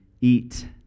eat